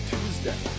Tuesday